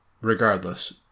Regardless